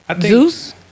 Zeus